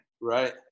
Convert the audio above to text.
Right